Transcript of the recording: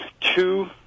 two